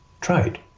trade